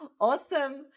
Awesome